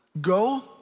Go